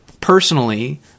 personally –